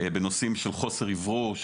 בנושאים של חוסר אוורור,